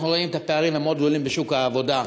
אנחנו רואים את הפערים הגדולים מאוד בשוק העבודה,